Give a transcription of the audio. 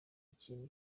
ikihe